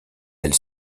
elle